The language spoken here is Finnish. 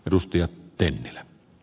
arvoisa puhemies